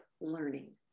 learning